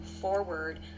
forward